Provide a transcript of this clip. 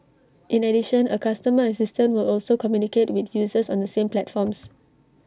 in addition A customer assistant will also communicate with users on the same platforms